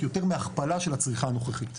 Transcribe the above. יותר מהכפלה של הצריכה הנוכחית.